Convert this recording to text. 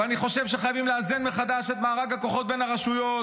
ואני חושב שחייבים לאזן מחדש את מארג הכוחות בין הרשויות.